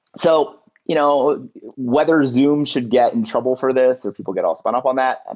so you know whether zoom should get in trouble for this or people get all spun up on that, and